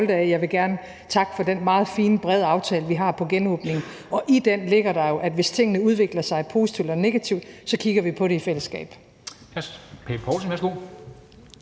Jeg vil gerne takke for den meget fine brede aftale, vi har om genåbningen. I den ligger der jo, at hvis tingene udvikler sig positivt eller negativt, kigger vi på det i fællesskab.